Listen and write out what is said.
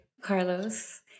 Carlos